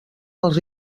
els